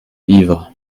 ivres